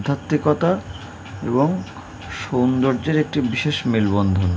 আধ্যাত্মিকতা এবং সৌন্দর্যের একটি বিশেষ মেলবন্ধন